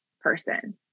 person